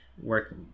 work